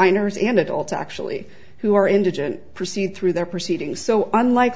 minors and adults actually who are indigent proceed through their proceedings so unlike